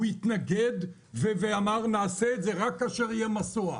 הוא התנגד ואמר, נעשה את זה רק כאשר יהיה מסוע.